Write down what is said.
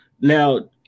Now